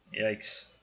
Yikes